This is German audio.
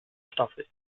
staffel